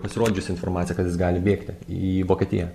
pasirodžiusi informacija kad jis gali bėgti į vokietiją